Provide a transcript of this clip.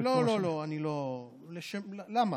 לא, לא, אני לא, למה?